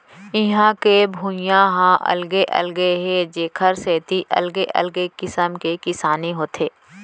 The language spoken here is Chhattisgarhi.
इहां के भुइंया ह अलगे अलगे हे जेखर सेती अलगे अलगे किसम के किसानी होथे